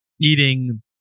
eating